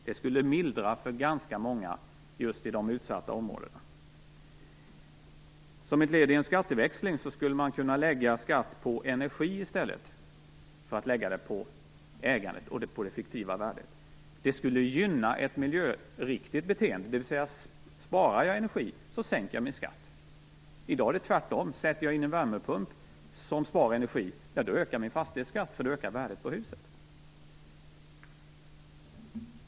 Det skulle mildra för ganska många just i de utsatta områdena. Som ett led i en skatteväxling skulle man kunna lägga skatt på energi i stället för att lägga skatt på ägandet och det fiktiva värdet. Det skulle gynna ett miljöriktigt beteende, dvs. sparar jag energi så sänker jag min skatt. I dag är det tvärtom: Sätter jag in en värmepump som spar energi, ja då ökar min fastighetsskatt, för då ökar värdet på huset.